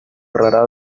rara